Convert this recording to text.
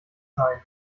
sein